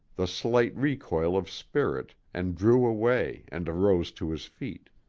the slight recoil of spirit, and drew away, and arose to his feet.